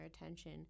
attention